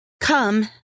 Come